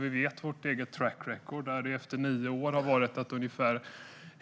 Vi känner till vårt eget track record, som visar att efter nio är har ungefär